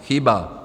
Chyba.